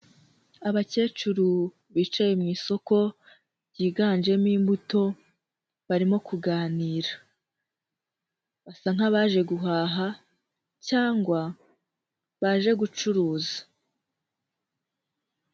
Abakecuru bicaye mu isoko ryiganjemo imbuto barimo kuganira, basa nk'abaje guhaha, cyangwa baje gucuruza.